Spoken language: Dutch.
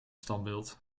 standbeeld